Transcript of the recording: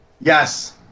yes